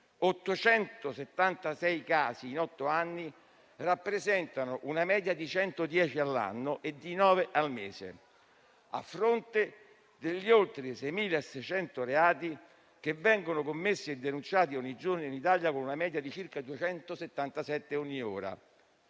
876 casi in otto anni rappresentano una media di 110 all'anno e di 9 al mese, a fronte degli oltre i 6.600 reati che vengono commessi e denunciati ogni giorno in Italia, con una media di circa 277 ogni ora.